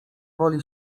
woli